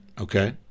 okay